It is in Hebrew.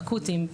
אקוטיים,